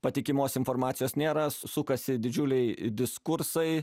patikimos informacijos nėra sukasi didžiuliai diskursai